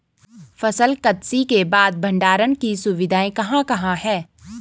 फसल कत्सी के बाद भंडारण की सुविधाएं कहाँ कहाँ हैं?